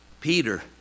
Peter